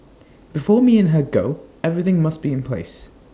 before me and her go everything must be in place